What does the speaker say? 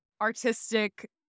artistic